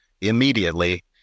immediately